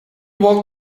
walked